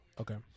Okay